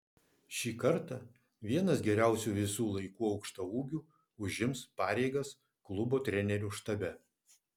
šį kartą vienas geriausių visų laikų aukštaūgių užims pareigas klubo trenerių štabe